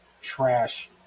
trash